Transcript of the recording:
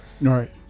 Right